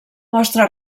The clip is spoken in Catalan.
mostra